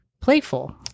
playful